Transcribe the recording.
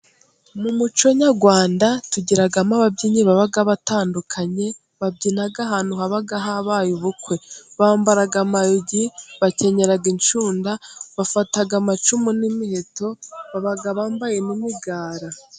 Mu muco nyarwanda tugiramo ababyinnyi baba batandukanye, babyina ahantu haba habaye ubukwe bambara amayugi, bakenyera inshunda, bafata amacumu n'imiheto baba bambaye n'imigara.